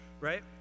right